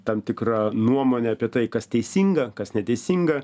tam tikrą nuomonę apie tai kas teisinga kas neteisinga